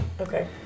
Okay